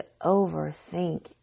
overthink